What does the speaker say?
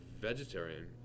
vegetarian